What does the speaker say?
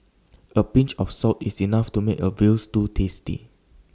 A pinch of salt is enough to make A Veal Stew tasty